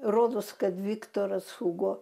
rodos kad viktoras hugo